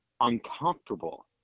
uncomfortable